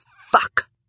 fuck